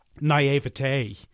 naivete